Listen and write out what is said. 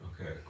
Okay